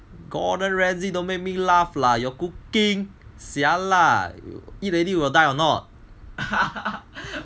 gordon ramsay don't make me laugh lah your cooking [sialah] eat already will die or not